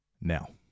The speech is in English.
Now